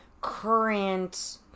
current